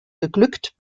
geglückt